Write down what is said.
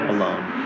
Alone